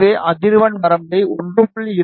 எனவே அதிர்வெண் வரம்பை 1